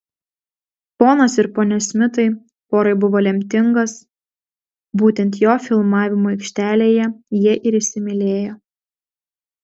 ponas ir ponia smitai porai buvo lemtingas būtent jo filmavimo aikštelėje jie ir įsimylėjo